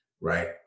Right